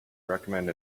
recommend